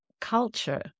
culture